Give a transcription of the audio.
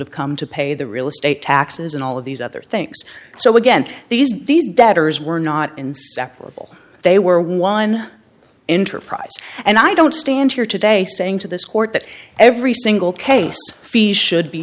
have come to pay the real estate taxes and all of these other things so again these these debtors were not inseparable they were one enterprise and i don't stand here today saying to this court that every single case fees should be